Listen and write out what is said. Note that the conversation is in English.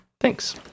thanks